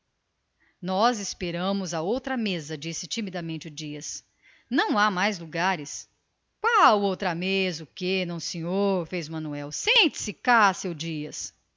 nós esperamos a outra mesa respondeu modestamente o dias não há mais lugares qual outra mesa o quê não senhor sente-se cá seu dias